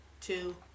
two